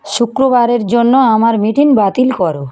শুক্রবারের জন্য আমার মিটিং বাতিল করো